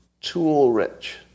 tool-rich